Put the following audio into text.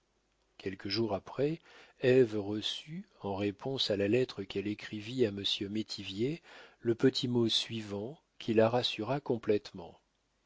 quelques jours après ève reçut en réponse à la lettre qu'elle écrivit à monsieur métivier le petit mot suivant qui la rassura complétement